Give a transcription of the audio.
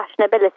fashionability